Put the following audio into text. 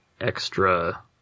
extra